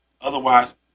otherwise